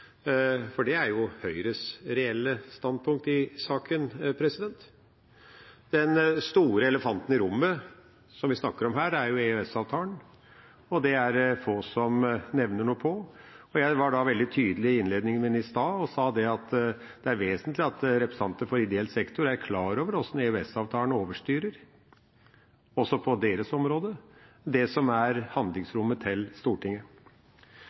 for det er jo Høyres reelle standpunkt i saken. Den store elefanten i rommet, som vi snakker om her, er jo EØS-avtalen, og det er det få som nevner noe om. Jeg var veldig tydelig i innledningen min i stad og sa at det er vesentlig at representanter for ideell sektor er klar over hvordan EØS-avtalen overstyrer – også på deres område – det som er handlingsrommet til Stortinget.